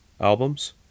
albums